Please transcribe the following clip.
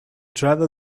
driver